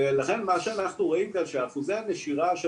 ולכן מה שאנחנו רואים שאחוזי הנשירה של